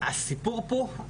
הסיפור פה,